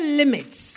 limits